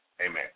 amen